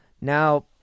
Now